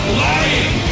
lying